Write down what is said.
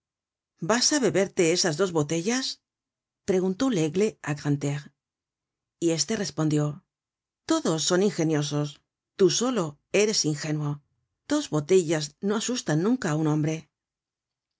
vas á beberte esas dos botellas preguntó laigle á grantaire y este respondió todos son ingeniosos tú solo eres ingénuo dos botellas no asustan nunca á un hombre